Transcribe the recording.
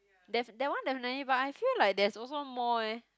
def~ that one definitely but I feel like there's also more eh